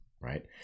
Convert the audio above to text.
right